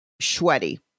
sweaty